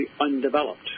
undeveloped